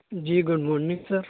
جی good morning سر